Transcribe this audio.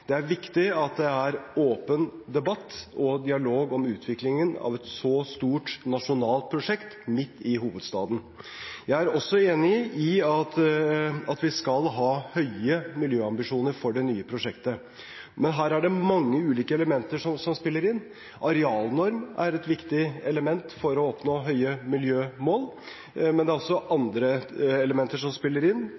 Det er viktig at det er åpen debatt og dialog om utviklingen av et så stort nasjonalt prosjekt midt i hovedstaden. Jeg er også enig i at vi skal ha høye miljøambisjoner for det nye prosjektet, men her er det mange ulike elementer som spiller inn. Arealnorm er et viktig element for å nå høye miljømål, men det er også